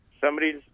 somebody's